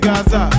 Gaza